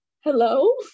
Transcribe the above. hello